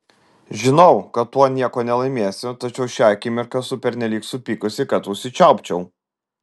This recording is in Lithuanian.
žinau kad tuo nieko nelaimėsiu tačiau šią akimirką esu pernelyg supykusi kad užsičiaupčiau